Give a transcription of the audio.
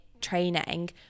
training